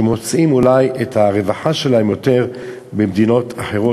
שמוצאים אולי את הרווחה שלהם יותר במדינות אחרות,